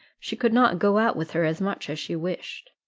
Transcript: she could not go out with her as much as she wished.